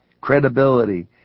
credibility